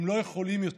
הם לא יכולים יותר.